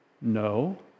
No